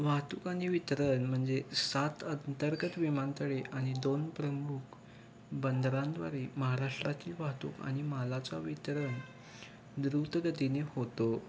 वाहतुक आणि वितरण म्हणजे सात अंतर्गत विमानतळे आणि दोन प्रमुख बंदरांद्वारे महाराष्ट्रातील वाहतुक आणि मालाचा वितरण द्रुतगतिने होतो